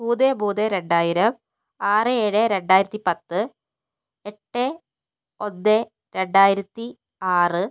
മൂന്ന് മൂന്ന് രണ്ടായിരം ആറ് ഏഴ് രണ്ടായിരത്തി പത്ത് എട്ട് ഒന്ന് രണ്ടായിരത്തി ആറ്